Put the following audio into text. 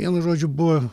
vienu žodžiu buvo